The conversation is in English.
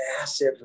massive